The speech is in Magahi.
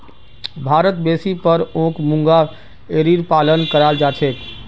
भारतत बेसी पर ओक मूंगा एरीर पालन कराल जा छेक